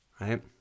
right